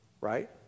Right